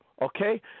okay